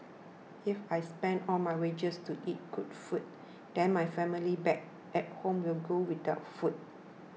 if I spend all my wages to eat good food then my family back at home will go without food